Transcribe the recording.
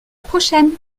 prochaine